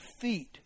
feet